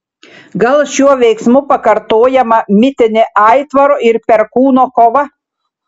gal šiuo veiksmu pakartojama mitinė aitvaro ir perkūno kova